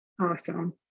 Awesome